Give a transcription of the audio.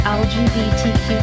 lgbtq